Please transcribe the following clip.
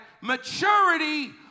maturity